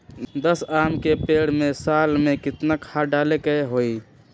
दस आम के पेड़ में साल में केतना खाद्य डाले के होई?